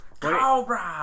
Cobra